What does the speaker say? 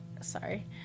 Sorry